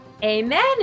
amen